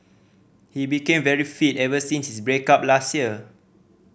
he became very fit ever since his break up last year